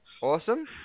Awesome